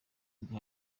bwa